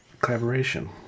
collaboration